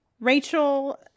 Rachel